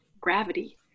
gravity